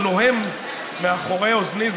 הוא נוהם מאחורי אוזניי.